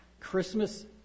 Christmas